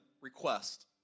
request